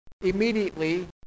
immediately